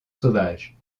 sauvage